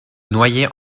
noyer